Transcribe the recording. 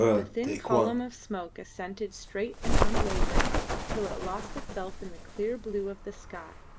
the thin column of smoke ascended straight and unwavering till it lost itself in the clear blue of the sky,